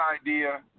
idea